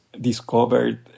discovered